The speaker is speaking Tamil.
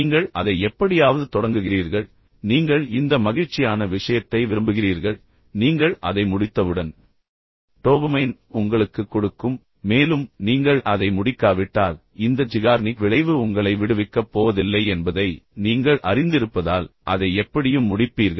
நீங்கள் அதை எப்படியாவது தொடங்குகிறீர்கள் பின்னர் நீங்கள் இந்த மகிழ்ச்சியான விஷயத்தை விரும்புகிறீர்கள் நீங்கள் அதை முடித்தவுடன் டோபமைன் உங்களுக்குக் கொடுக்கும் மேலும் நீங்கள் அதை முடிக்காவிட்டால் இந்த ஜிகார்னிக் விளைவு உங்களை விடுவிக்கப் போவதில்லை என்பதை நீங்கள் அறிந்திருப்பதால் அதை எப்படியும் முடிப்பீர்கள்